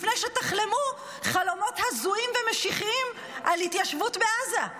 לפני שתחלמו חלומות הזויים ומשיחיים על התיישבות בעזה.